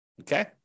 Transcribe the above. okay